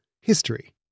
history